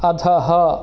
अधः